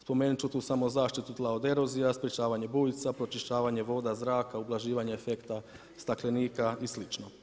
Spomenut ću tu samo zaštitu tla od erozija, sprječavanje bujica, pročišćavanje voda, zraka, ublaživanje efekta staklenika i slično.